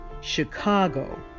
Chicago